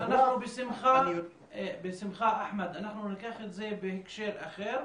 בשמחה, אחמד, אנחנו ניקח את זה בהקשר אחר,